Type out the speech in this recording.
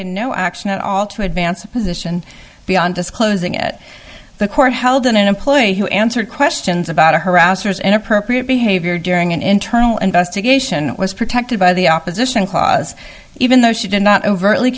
taken no action at all to advance a position beyond disclosing at the court held in an employee to answer questions about harassers inappropriate behavior during an internal investigation was protected by the opposition cause even though she did not overtly